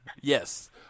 Yes